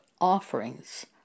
offerings